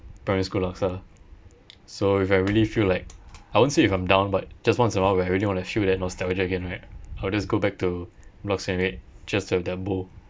primary school laksa so if I really feel like I won't say if I'm down but just once a while where I really wanna feel that nostalgia again right I'll just go back to block seventy eight just to have that bowl